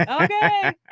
Okay